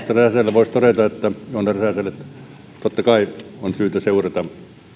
voisi todeta että totta kai on syytä seurata